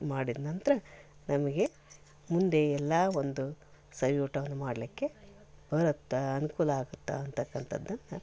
ಮಾಡಿದ ನಂತರ ನಮಗೆ ಮುಂದೆ ಎಲ್ಲ ಒಂದು ಸವಿ ಊಟವನ್ನು ಮಾಡಲಿಕ್ಕೆ ಬರುತ್ತಾ ಅನುಕೂಲ ಆಗುತ್ತಾ ಅಂತಕ್ಕಂಥದ್ದನ್ನ